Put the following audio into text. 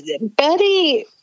Betty